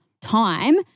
time